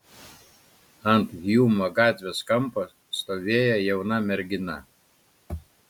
ant hjumo gatvės kampo stovėjo jauna mergina